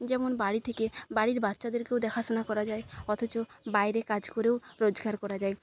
যেমন বাড়ি থেকে বাড়ির বাচ্চাদেরকেও দেখাশোনা করা যায় অথচ বাইরে কাজ করেও রোজগার করা যায়